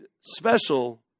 special